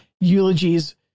eulogies